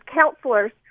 counselors